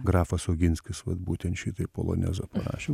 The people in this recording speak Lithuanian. grafas oginskis vat būtent šitaip polonezą parašė